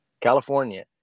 California